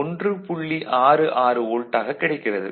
66 வோல்ட்டாகக் கிடைக்கிறது